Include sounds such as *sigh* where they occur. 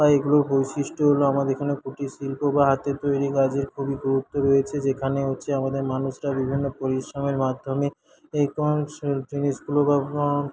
বা এগুলোর বৈশিষ্ট্য হল আমাদের এখানে কুটিরশিল্প বা হাতের তৈরি কাজের খুবই গুরুত্ব রয়েছে যেখানে হচ্ছে আমাদের মানুষরা বিভিন্ন পরিশ্রমের মাধ্যমে *unintelligible* জিনিসগুলো